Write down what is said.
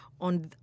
on